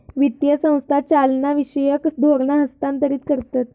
वित्तीय संस्था चालनाविषयक धोरणा हस्थांतरीत करतत